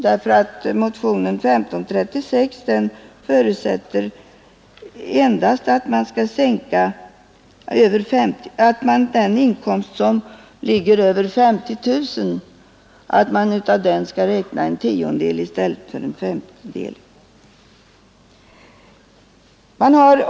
Motionen 1536 förutsätter endast att man av den förmögenhet som ligger över 50 000 kronor skall räkna en tiondel i stället för en femtedel.